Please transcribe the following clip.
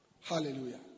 Hallelujah